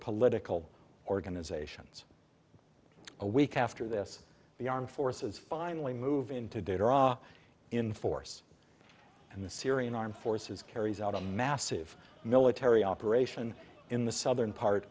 political organizations a week after this the armed forces finally move into danger are in force and the syrian armed forces carries out a massive military operation in the southern part